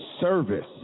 service